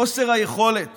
חוסר היכולת